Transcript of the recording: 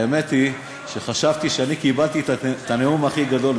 האמת היא שחשבתי שאני קיבלתי את הנאום הכי גדול,